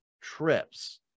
trips